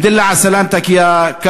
(אומר בערבית: תהיה בריא,